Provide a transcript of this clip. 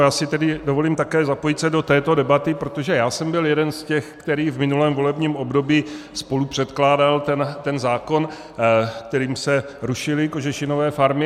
Také si dovolím zapojit do této debaty, protože já jsem byl jeden z těch, který v minulém volebním období spolupředkládal ten zákon, kterým se rušily kožešinové farmy.